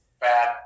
bad